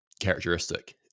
characteristic